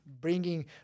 bringing